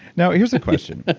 now here is a question, but